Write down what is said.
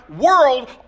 world